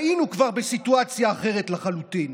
היינו כבר בסיטואציה אחרת לחלוטין.